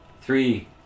Three